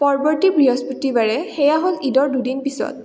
পৰৱৰ্তী বৃহস্পতিবাৰে সেয়া হ'ল ঈদৰ দুদিন পিছত